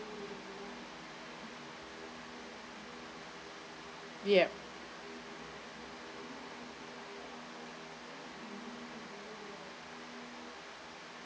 yup